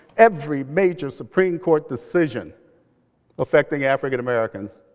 every major supreme court decision affecting african-americans